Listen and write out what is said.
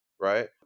right